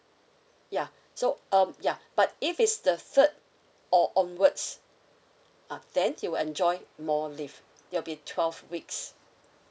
yeah so um yeah but if it's the third or onwards uh then you will enjoy more leave it'll be twelve weeks